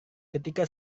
ketika